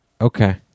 Okay